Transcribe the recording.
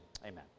amen